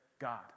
God